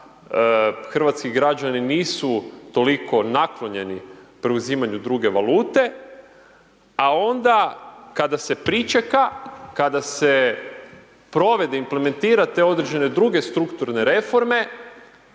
hrvatski građani nisu toliko naklonjeni preuzimanju druge valute, a onda kada se pričeka, kada se provede, implementira te određene druge strukturne reforme,